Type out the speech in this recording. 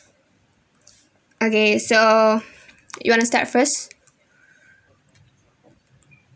okay so you want to start first